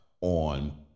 on